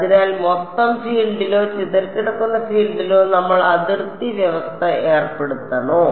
അതിനാൽ മൊത്തം ഫീൽഡിലോ ചിതറിക്കിടക്കുന്ന ഫീൽഡിലോ നമ്മൾ അതിർത്തി വ്യവസ്ഥ ഏർപ്പെടുത്തണോ